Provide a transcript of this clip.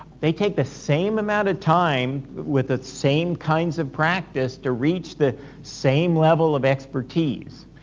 they take the same amount of time with the same kinds of practice to reach the same level of expertise.